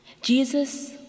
Jesus